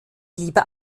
lieber